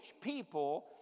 people